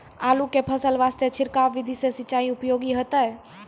आलू के फसल वास्ते छिड़काव विधि से सिंचाई उपयोगी होइतै?